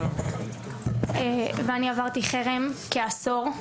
ואני עברתי חרם כעשור.